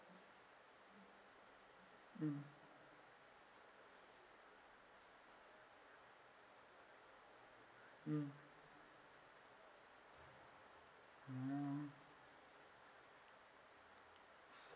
mm mm oh